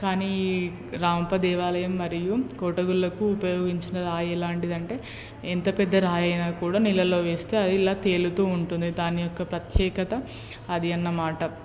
కానీ ఈ రామప్ప దేవాలయం మరియు కోటగుళ్ళకు ఉపయోగించిన రాయి ఎలాంటిదంటే ఎంత పెద్ద రాయి అయినా కూడా నీళ్ళల్లో వేస్తే అది ఇలా తేలుతూ ఉంటుంది దాని యొక్క ప్రత్యేకత అది అన్నమాట